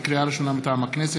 לקריאה ראשונה, מטעם הכנסת: